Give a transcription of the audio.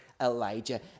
Elijah